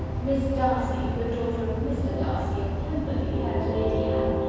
miss darcy, the daughter of mr. darcy, of pemberley, and lady anne,